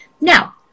Now